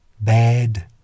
bad